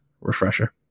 refresher